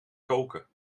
koken